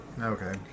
Okay